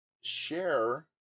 share